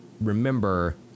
remember